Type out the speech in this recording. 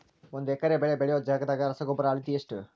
ಒಂದ್ ಎಕರೆ ಬೆಳೆ ಬೆಳಿಯೋ ಜಗದಾಗ ರಸಗೊಬ್ಬರದ ಅಳತಿ ಎಷ್ಟು?